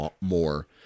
more